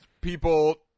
people